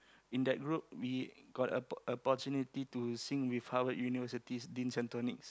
in that group we got a po~ opportunity to sing with Harvard University's Din-and-Tonics